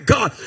God